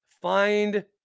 find